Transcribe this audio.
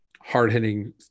hard-hitting